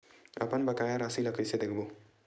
अपन बकाया राशि ला कइसे देखबो?